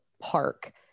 park